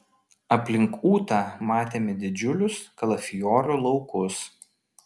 aplink ūtą matėme didžiulius kalafiorų laukus